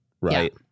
right